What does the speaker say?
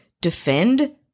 defend